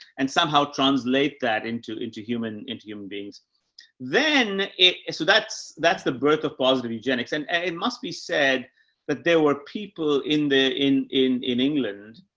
and somehow translate that into, into human, into human beings then it, so that's, that's the birth of positive eugenics. and it must be said that there were people in the, in, in, in england,